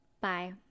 Bye